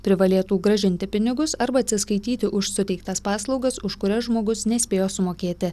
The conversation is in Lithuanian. privalėtų grąžinti pinigus arba atsiskaityti už suteiktas paslaugas už kurias žmogus nespėjo sumokėti